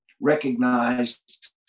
recognized